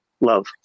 Love